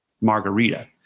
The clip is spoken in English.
margarita